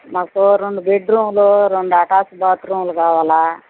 మాకు రెండు బెడ్రూమ్లు రెండు అటాచ్ బాత్రూమ్లు కావాలి